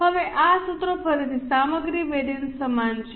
હવે આ સૂત્રો ફરીથી સામગ્રી વેરિઅન્સ સમાન છે